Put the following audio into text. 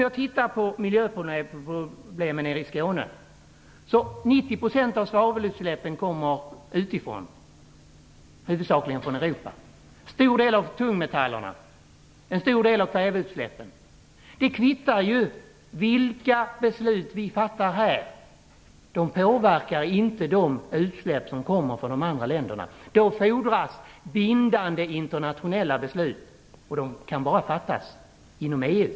Av svavelutsläppen i Skåne kommer 90 % utifrån, huvudsakligen från det övriga Europa. Detsamma gäller för en stor del av tungmetallerna och en stor del av kväveutsläppen. Det kvittar vilka beslut som vi fattar här - de påverkar inte de utsläpp som kommer från de andra länderna. För det fordras bindande internationella beslut, och de kan bara fattas inom EU.